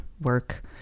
work